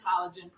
collagen